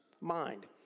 mind